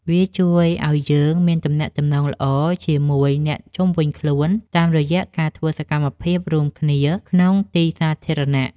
វាជួយឱ្យយើងមានទំនាក់ទំនងល្អជាមួយអ្នកជុំវិញខ្លួន តាមរយៈការធ្វើសកម្មភាពរួមគ្នាក្នុងទីសាធារណៈ។